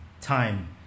time